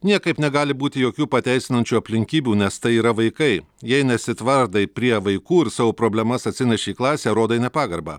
niekaip negali būti jokių pateisinančių aplinkybių nes tai yra vaikai jei nesitvardai prie vaikų ir savo problemas atsineši į klasę rodai nepagarbą